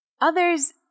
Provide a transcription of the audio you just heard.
others